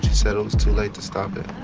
said it was too late to stop it.